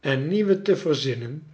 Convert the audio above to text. en nieuwe te verzinnen